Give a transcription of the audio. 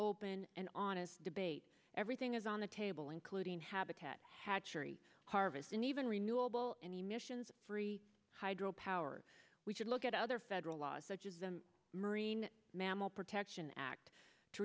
open and honest debate everything is on the table including habitat hatchery harvest and even renewable energy missions free hydropower we should look at other federal laws such as the marine mammal protection act to